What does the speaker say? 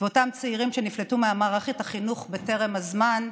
ואותם צעירים שנפלטו ממערכת החינוך בטרם הזמן,